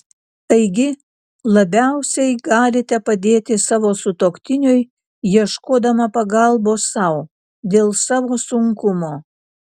taigi labiausiai galite padėti savo sutuoktiniui ieškodama pagalbos sau dėl savo sunkumo